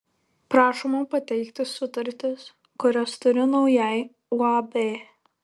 prašoma pateikti sutartis kurias turiu naujai uab